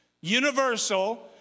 universal